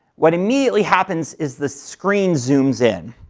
what immediately happens is the screen zooms in.